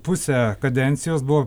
pusę kadencijos buvo